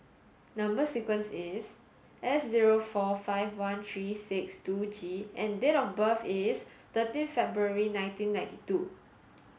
number sequence is S zero four five one three six two G and date of birth is thirteen February nineteen ninety two